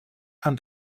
han